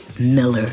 Miller